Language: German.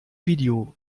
video